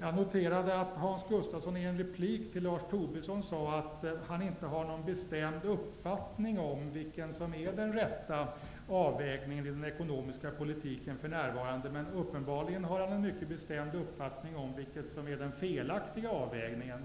Jag noterade att Hans Gustafsson i en replik till Lars Tobisson sade att han inte har någon bestämd uppfattning om vilken som är den rätta avvägningen i den ekonomiska politiken för närvarande. Men uppenbarligen har han en mycket bestämd uppfattning om vilket som är den felaktiga avvägningen.